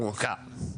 מורכב,